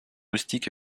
rustiques